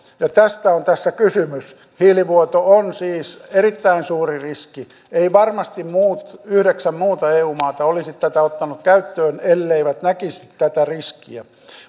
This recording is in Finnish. tästä on tässä kysymys hiilivuoto on siis erittäin suuri riski eivät varmasti yhdeksän muuta eu maata olisi tätä ottaneet käyttöön elleivät näkisi tätä riskiä